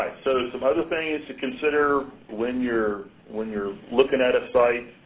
so some other things to consider when you're when you're looking at a site,